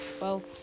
Well